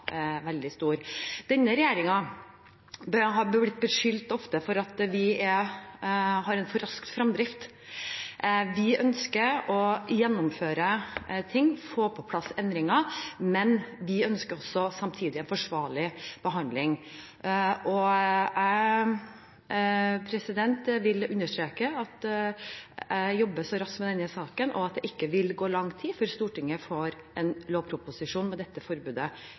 veldig stor. Denne regjeringen har ofte blitt beskyldt for å ha en for rask fremdrift. Vi ønsker å gjennomføre ting og få på plass endringer, men vi ønsker samtidig en forsvarlig behandling. Jeg vil understreke at jeg jobber raskt med denne saken, og at det ikke vil gå lang tid før Stortinget får fremlagt en lovproposisjon med dette forbudet.